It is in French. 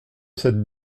cette